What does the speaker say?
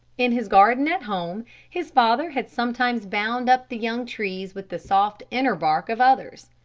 in his garden at home his father had sometimes bound up the young trees with the soft inner bark of others.